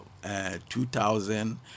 2000